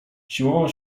siłował